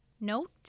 note